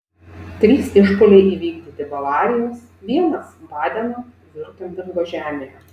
trys išpuoliai įvykdyti bavarijos vienas badeno viurtembergo žemėje